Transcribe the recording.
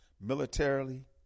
militarily